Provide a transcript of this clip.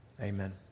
Amen